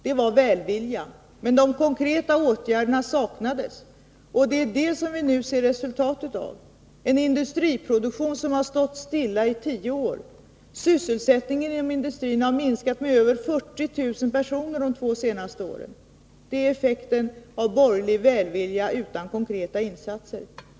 Det var välvilja. Men de konkreta åtgärderna saknades, och det är detta vi nu ser resultatet av. En industriproduktion som har stått stilla i tio år, att sysselsättningen inom industrin har minskat med över 40 000 personer de två senaste åren — det är effekten av borgerlig välvilja utan konkreta insatser.